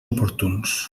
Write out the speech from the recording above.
oportuns